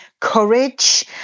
courage